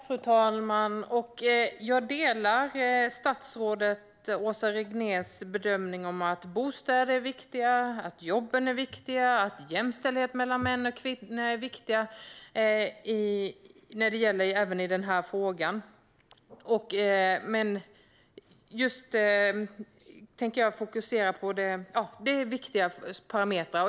Fru talman! Jag delar statsrådet Åsa Regnérs bedömning att bostäder är viktiga, att jobben är viktiga och att jämställdhet mellan män och kvinnor är viktigt, även när det gäller den här frågan. Det är viktiga parametrar.